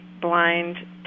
blind